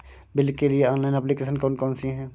Bill के लिए online application कौन कौन सी हैं?